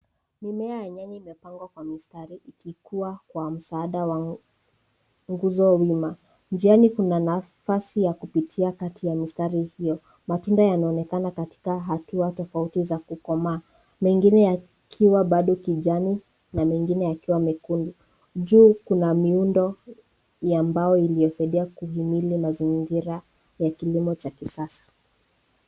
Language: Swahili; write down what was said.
Mimea ya nyanya imepangwa kwa mistari , ikikuwa kwa mzaada wa nguzo wima njiani kuna nafasi wa kupitia katika wa mistari hio. Matunda yanaonekana katika hatua tofauti za kukoma, mengine yakiwa bado kijani na mengine yakiwa mekundu. Juu kuna miundo ya mbao iliosaidia kujimili mazingira ya kilimo cha kisasa.